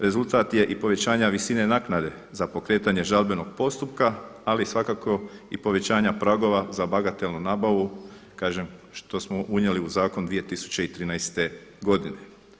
Rezultat je i povećanja visine naknade za pokretanje žalbenog postupka, ali svakako i povećanja pragova za bagatelnu nabavu kažem što smo unijeli u zakon 2013. godine.